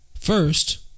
First